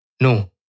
No